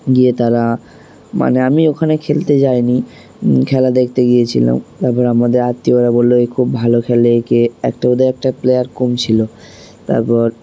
গিয়ে তারা মানে আমি ওখানে খেলতে যায়নি খেলা দেখতে গিয়েছিলাম তারপর আমাদের আত্মীয়রা বললো এই খুব ভালো খেলে একে একটা ওদের একটা প্লেয়ার কম ছিলো তারপর